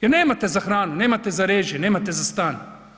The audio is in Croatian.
jer nemate za hranu, nemate za režije, nemate za stan.